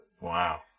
wow